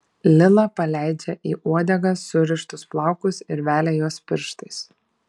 lila paleidžia į uodegą surištus plaukus ir velia juos pirštais